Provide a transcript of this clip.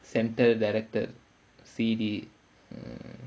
centre director C D